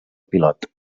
pilot